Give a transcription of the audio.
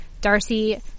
Darcy